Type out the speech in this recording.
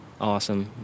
awesome